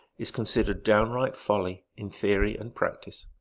is considered downright folly in theory and practice.